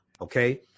okay